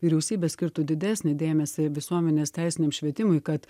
vyriausybė skirtų didesnį dėmesį visuomenės teisiniam švietimui kad